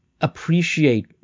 appreciate